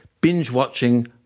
Binge-watching